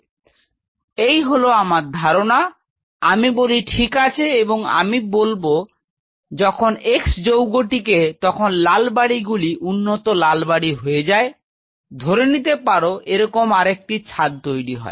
তো এই হল আমার ধারনা আমি বলি ঠিক আছে এবং আমি বলি যখন x যৌগটিকে তখন লাল বাড়িগুলি উন্নত লাল বাড়ি হয়ে যায় ধরে নিতে পার এরকম আর একটি ছাদ তৈরি হয়